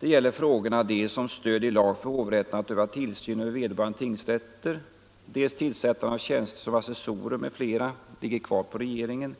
Det gäller frågorna om dels stöd i lag för hovrätterna att öva tillsyn över vederbörande tingsrätter, dels tillsättande av tjänster som assessorer m.fl. som ligger kvar på regeringen,